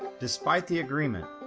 despite the agreement,